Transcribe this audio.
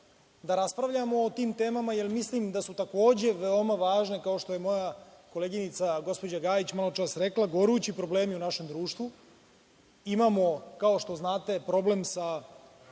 da raspravljamo o tim temama jer mislim da su takođe veoma važne, kao što je moja koleginica gospođa Gajić maločas rekla, gorući problemi u našem društvu. Imamo, kao što znate, problem sa